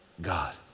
God